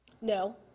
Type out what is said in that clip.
No